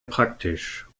praktisch